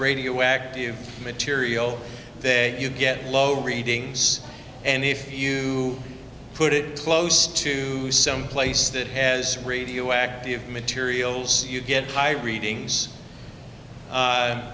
radioactive material there you get low readings and if you put it close to someplace that has radioactive materials you get high readings